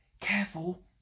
Careful